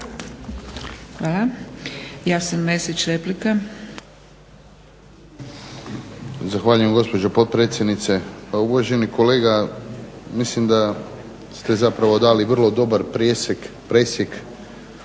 Hvala. Jasen Mesić replika.